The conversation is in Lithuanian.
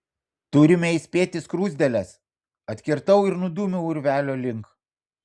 turime įspėti skruzdėles atkirtau ir nudūmiau urvelio link